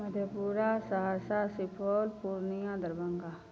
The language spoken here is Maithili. मधेपुरा सहरसा सुपौल पूर्णिआँ दरभङ्गा